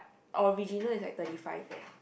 original is like thirty five leh